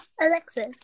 Alexis